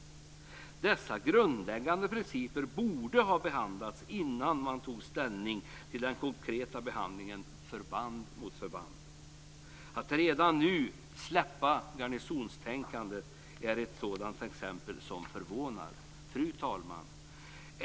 Dessa grundläggande principer borde ha behandlats innan man tog ställning till den konkreta behandlingen förband för förband. Att redan nu släppa garnisonstänkandet är ett sådant exempel som förvånar. Fru talman!